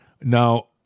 Now